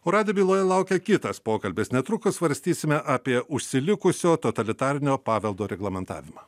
o radijo byloje laukia kitas pokalbis netrukus svarstysime apie užsilikusio totalitarinio paveldo reglamentavimą